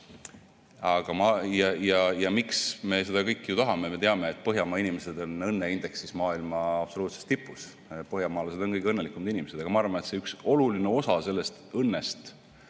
Põhjamaa. Miks me seda kõike tahame? Me teame, et Põhjamaa inimesed on õnneindeksis maailma absoluutses tipus. Põhjamaalased on kõige õnnelikumad inimesed. Aga ma arvan, et see üks oluline osa sellest õnnest